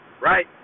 right